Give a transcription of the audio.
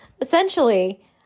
essentially